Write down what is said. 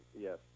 Yes